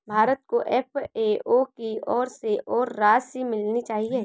भारत को एफ.ए.ओ की ओर से और राशि मिलनी चाहिए